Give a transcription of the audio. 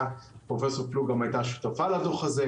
פרופ' פלוג גם הייתה שותפה לדוח הזה,